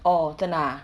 oh 真的啊